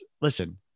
listen